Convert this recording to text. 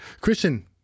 Christian